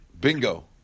Bingo